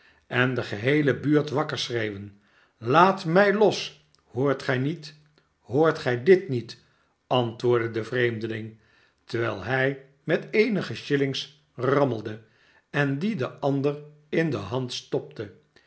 en de geheele buurt wakker schreeuwen laat mij los hoort gij niet hoort gij ditniet antwoordde de vreemdeling terwijl hij met eenige shillings rammelde en die den ander in de hand stopte